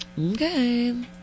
Okay